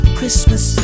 Christmas